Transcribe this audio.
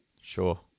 Sure